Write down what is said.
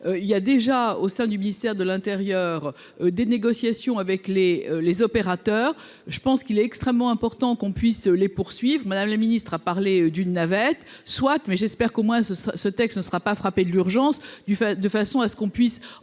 Il y a déjà au sein du ministère de l'Intérieur. Des négociations avec les, les opérateurs, je pense qu'il est extrêmement important qu'on puisse les poursuivent madame le ministre a parlé d'une navette Swat, mais j'espère qu'au moins ce sera ce texte ne sera pas frappée de l'urgence du fait de façon à ce qu'on puisse